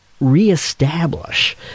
reestablish